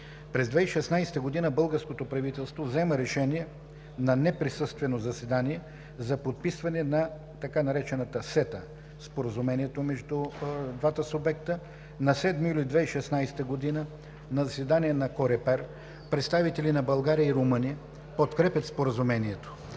През 2016 г. българското правителство взема решение на неприсъствено заседание за подписване на така наречената СЕТА – Споразумението между двата субекта. На 7 юли 2016 г. на заседание на КОРЕПЕР представителите на България и Румъния подкрепят Споразумението.